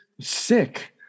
sick